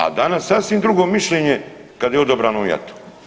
A danas sasvim drugo mišljenje kada je u odabranom jatu.